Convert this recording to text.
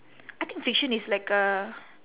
I think fiction is like a